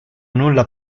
nulla